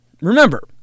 Remember